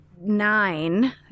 nine